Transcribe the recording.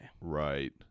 Right